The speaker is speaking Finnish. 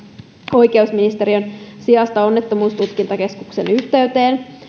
oikeusministeriön sijasta onnettomuustutkintakeskuksen yhteyteen